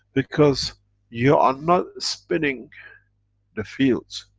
because you are not spinning the fields.